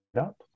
up